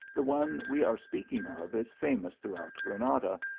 the one we are speaking of is famous throughout granada,